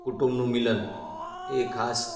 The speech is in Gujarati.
કુટુંબનું મિલન એ ખાસ